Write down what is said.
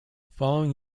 following